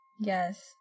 Yes